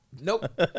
Nope